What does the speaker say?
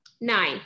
nine